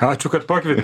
ačiū kad pakvietei